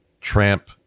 tramp